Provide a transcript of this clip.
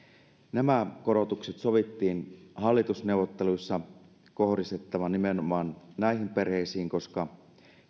nämä korotukset sovittiin hallitusneuvotteluissa kohdistettavan nimenomaan näihin perheisiin koska